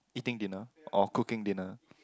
eating dinner or cooking dinner